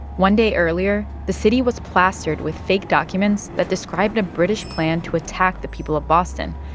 one day earlier, the city was plastered with fake documents that described a british plan to attack the people of boston.